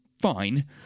fine